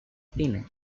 cine